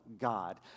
God